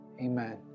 amen